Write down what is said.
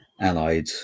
allied